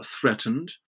threatened